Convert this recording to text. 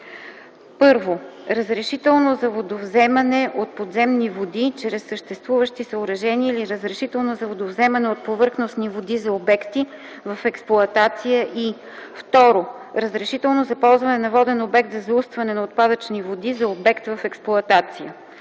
1. разрешително за водовземане от подземни води чрез съществуващи съоръжения или разрешително за водовземане от повърхностни води за обекти в експлоатация, и 2. разрешително за ползване на воден обект за заустване на отпадъчни води за обект в експлоатация.